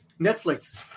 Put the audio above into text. netflix